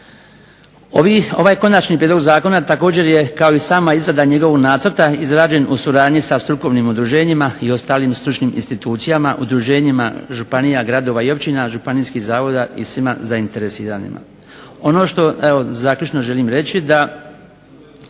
Ovaj konačni prijedlog zakona također je kao i sama izrada njegovog nacrta izrađen u suradnji sa strukovnim udruženjima i ostalim stručnim institucijama, udruženjima županija, gradova i općina, županijskih zavoda i svima zainteresiranima. Ono što evo zaključno želim reći da